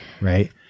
right